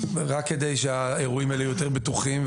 רק כדי שהאירועים האלה יהיו יותר בטוחים.